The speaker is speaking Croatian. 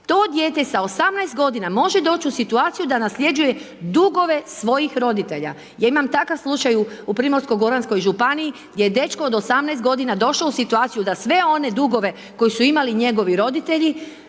To dijete sa 18 godina može doći u situaciju da nasljeđuje dugove svojih roditelja. Ja imam takav slučaj u Primorsko goranskoj županiji gdje je dečko od 18 godina došao u situaciju da sve one dugove koji su imali njegovi roditelji